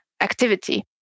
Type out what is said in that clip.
activity